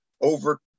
over